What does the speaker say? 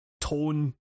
tone